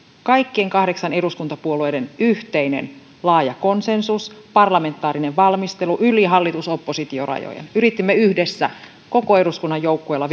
kaikkien kahdeksan eduskuntapuolueen yhteinen laaja konsensus parlamentaarinen valmistelu yli hallitus oppositio rajojen yritimme yhdessä koko eduskunnan joukkueella